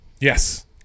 Yes